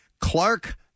Clark